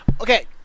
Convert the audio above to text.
Okay